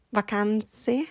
vacanze